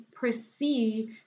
perceive